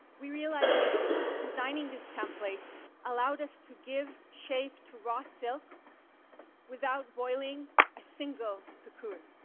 we realized that designing these templates allowed us to give shape to raw silk without boiling a single cocoon.